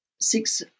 six